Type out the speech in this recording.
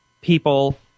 people